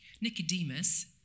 Nicodemus